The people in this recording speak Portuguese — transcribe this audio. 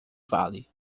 vale